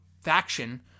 faction